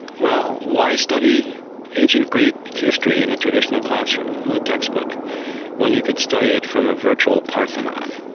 well, why study ancient greek history in a traditional classroom with a textbook when you can study it from a virtual parthenon?